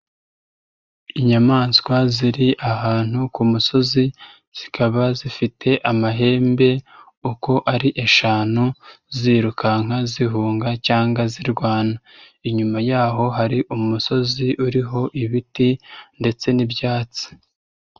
Inyamaswa ziri ahantu ku musozi zikaba zifite amahembe uko ari eshanu zirukanka zihunga cyangwa zirwana, inyuma yaho hari umusozi uriho ibiti ndetse n'ibyatsi.